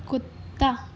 کتّا